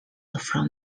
from